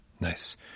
Nice